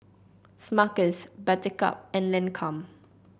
Smuckers Buttercup and Lancome